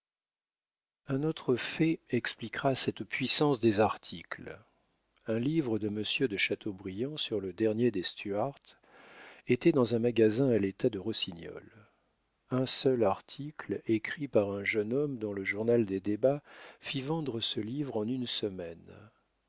un autre fait expliquera cette puissance des articles un livre de monsieur de chateaubriand sur le dernier des stuarts était dans un magasin à l'état de rossignol un seul article écrit par un jeune homme dans le journal des débats fit vendre ce livre en une semaine